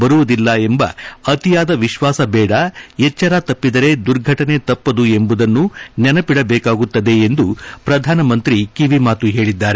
ಬರುವುದಿಲ್ಲ ಎಂಬ ಅತಿಯಾದ ಎತ್ತಾಸ ಬೇಡ ಎಚ್ಚರ ತಪ್ಪದರೆ ದುರ್ಘಟನೆ ತಪ್ಪದು ಎಂಬುದನ್ನು ನೆನಪಡಬೇಕಾಗುತ್ತದೆ ಎಂದು ಪ್ರಧಾನಮಂತ್ರಿ ಕಿವಿ ಮಾತು ಹೇಳಿದ್ದಾರೆ